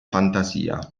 fantasia